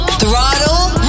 throttle